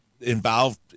involved